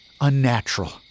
unnatural